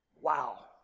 Wow